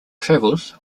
travels